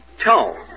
Tone